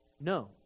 No